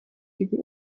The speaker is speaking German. gegen